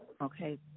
Okay